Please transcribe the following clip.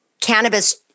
cannabis